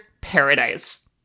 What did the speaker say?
paradise